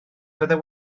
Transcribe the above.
fyddai